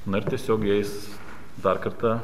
na ir tiesiog jais dar kartą